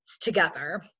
together